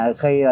khi